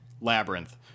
Labyrinth